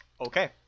Okay